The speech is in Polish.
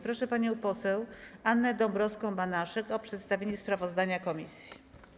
Proszę panią poseł Annę Dąbrowską-Banaszek o przedstawienie sprawozdania komisji.